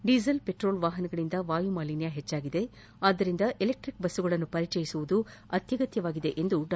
diesel petrol ವಾಹನಗಳಿಂದ ವಾಯುಮಾಲಿನ್ನ ಹೆಚ್ಚಾಗಿದೆ ಆದ್ದರಿಂದ ಎಲೆಕ್ಸಿಕ್ ಬಸ್ಗಳನ್ನು ಪರಿಯಿಸುವುದು ಅತ್ಲಗತ್ಲವಾಗಿದೆ ಎಂದು ಡಾ